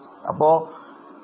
അപ്പോൾ 10